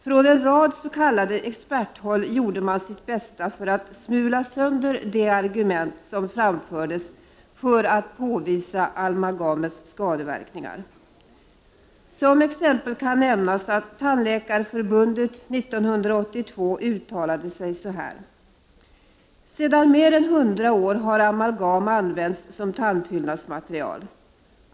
Från en rad s.k. experthåll gjorde man sitt bästa för att smula sönder de argument som framfördes för att påvisa amalgamets skadeverkningar. Som exempel kan nämnas att Tandläkarförbundet 1982 uttalade sig så här: ”Sedan mer än 100 år har amalgam använts som tandfyllnadsmaterial.